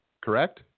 correct